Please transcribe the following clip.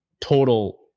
total